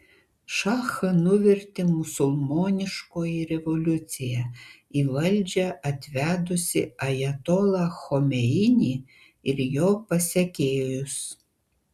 šachą nuvertė musulmoniškoji revoliucija į valdžią atvedusi ajatolą chomeinį ir jo pasekėjus